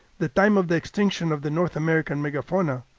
the time of the extinction of the north american megafauna,